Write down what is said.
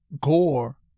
Gore